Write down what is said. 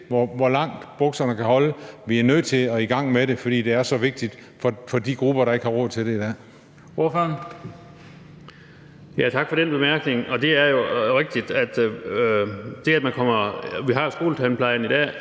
hvor langt bukserne kan holde. Vi er nødt til at komme i gang med det, fordi det er så vigtigt for de grupper, der ikke har råd til det i dag.